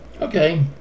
Okay